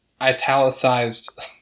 italicized